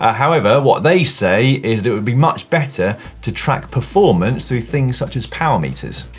ah however what they say is that it would be much better to track performance through things such as power meters.